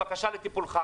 בבקשה, לטיפולך.